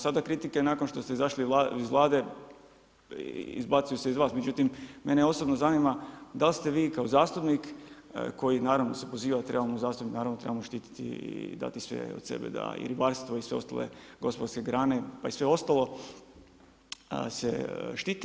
Sada kritike nakon što ste izašli iz Vlade izbacuju se iz vas, međutim mene osobno zanima da li ste vi kao zastupnik koji naravno se poziva … naravno trebamo štititi i dati sve od sebe da i ribarstvo i sve ostale gospodarske grane, pa i sve ostalo se štiti.